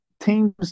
Teams